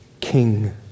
King